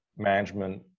Management